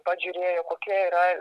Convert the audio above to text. pats žiūrėjo kokie yra